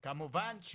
כמובן,